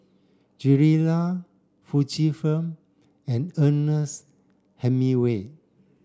Gilera Fujifilm and Ernest Hemingway